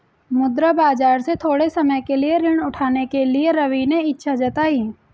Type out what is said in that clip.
मुद्रा बाजार से थोड़े समय के लिए ऋण उठाने के लिए रवि ने इच्छा जताई